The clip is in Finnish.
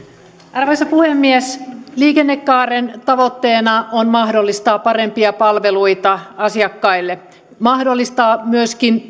arvoisa puhemies liikennekaaren tavoitteena on mahdollistaa parempia palveluita asiakkaille mahdollistaa myöskin